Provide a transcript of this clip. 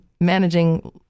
managing